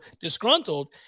disgruntled